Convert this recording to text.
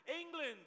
England